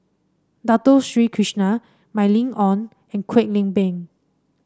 Dato Sri Krishna Mylene Ong and Kwek Leng Beng